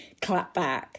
clapback